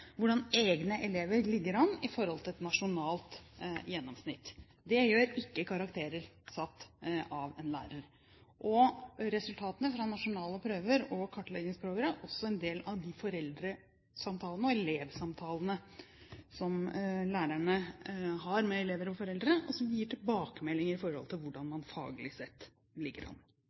hvordan egne elever ligger an i forhold til et nasjonalt gjennomsnitt. Det gjør ikke karakterer satt av en lærer. Resultatene fra nasjonale prøver og kartleggingsprøver er også en del av de samtalene som lærerne har med elever og foreldre, og som gir tilbakemelding om hvordan man faglig sett ligger an.